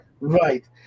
Right